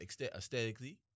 aesthetically